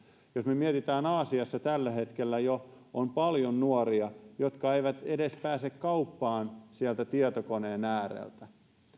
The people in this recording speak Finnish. jos me mietimme että aasiassa tällä hetkellä jo on paljon nuoria jotka eivät edes pääse kauppaan sieltä tietokoneen ääreltä niin